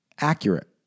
accurate